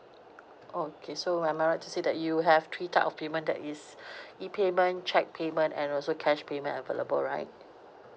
okay so am I right to say that you have three type of payment that is E payment cheque payment and also cash payment available right